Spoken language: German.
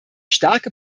starke